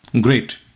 Great